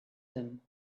them